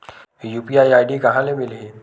UPI ID कहां ले मिलही?